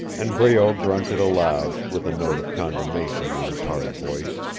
and breault grunted aloud, with a note of commendation in his hard voice.